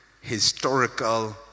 historical